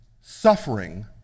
suffering